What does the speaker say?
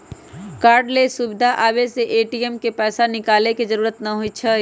cardless सुविधा आबे से ए.टी.एम से पैसा निकाले के जरूरत न होई छई